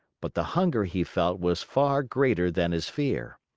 but the hunger he felt was far greater than his fear.